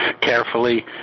carefully